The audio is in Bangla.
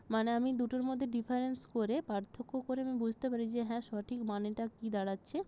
মানে আমি দুটোর মদ্যে ডিফারেন্স করে পার্থক্য করে আমি বুঝতে পারি যে হ্যাঁ সঠিক মানেটা কী দাঁড়াচ্ছে